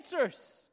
answers